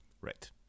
right